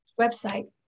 website